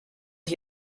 ich